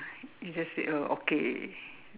you just said oh okay